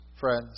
friends